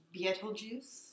Beetlejuice